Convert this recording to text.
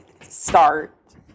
start